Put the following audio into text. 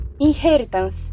Inheritance